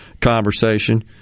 conversation